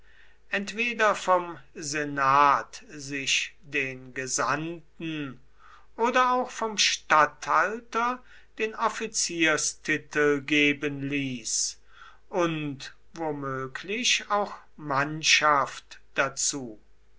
entweder vom senat sich den gesandten oder auch vom statthalter den offizierstitel geben ließ und womöglich auch mannschaft dazu